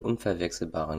unverwechselbaren